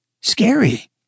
Scary